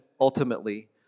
ultimately